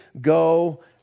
go